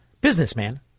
businessman